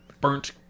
burnt